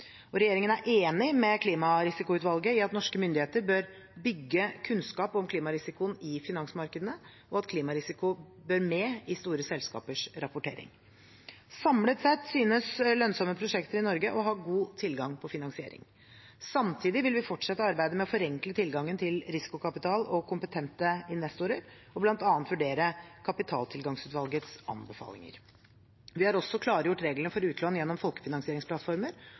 Regjeringen er enig med Klimarisikoutvalget i at norske myndigheter bør bygge kunnskap om klimarisikoen i finansmarkedene, og at klimarisiko bør med i store selskapers rapportering. Samlet sett synes lønnsomme prosjekter i Norge å ha god tilgang til finansiering. Samtidig vil vi fortsette arbeidet med å forenkle tilgangen til risikokapital og kompetente investorer, og bl.a. vurdere Kapitaltilgangsutvalgets anbefalinger. Vi har også klargjort reglene for utlån gjennom folkefinansieringsplattformer